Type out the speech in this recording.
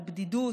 על בדידות.